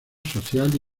social